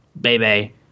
baby